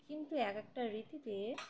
কিন্তু এক একটা ঋতুতে